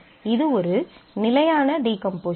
இது ஒரு நிலையான டிகாம்போசிஷன்